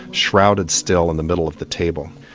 shrouded still in the middle of the table.